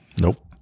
Nope